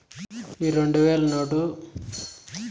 ఈ రెండు వేల నోటు రెండువేల పదహారో సంవత్సరానొచ్చినాది